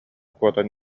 куотан